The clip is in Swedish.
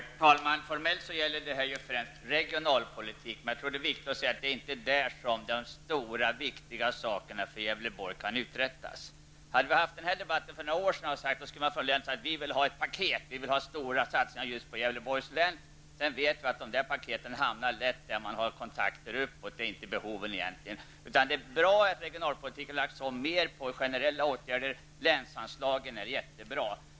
Herr talman! Formellt gäller det här främst regionalpolitik, men jag tror att det är viktigt att säga att det inte är där som de stora och viktiga satsningarna för Gävleborts län kan göras. Hade vi haft den här debatten för några år sedan skulle vi ha sagt: Vi vill ha ett paket, vi vill ha stora satsningar på just Gävleborgs län. Men nu vet vi att dessa paket lätt hamnar där man har kontakter uppåt, det är egentligen inte fråga om behoven. Det är bra att regionalpolitiken lagts om så att man nu satsar mera på generella åtgärder. Länsanslagen är jättebra.